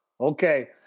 Okay